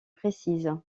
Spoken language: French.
précise